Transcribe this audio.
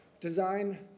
design